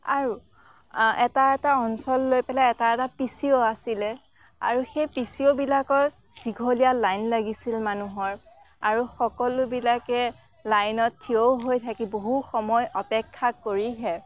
আৰু এটা এটা অঞ্চল লৈ পেলাই এটা এটা পি চি অ' আছিলে আৰু সেই পি চি অ' বিলাকত দীঘলীয়া লাইন লাগিছিল মানুহৰ আৰু সকলোবিলাকে লাইনত থিয় হৈ থাকি বহু সময় অপেক্ষা কৰিহে